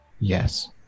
Yes